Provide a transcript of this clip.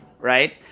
right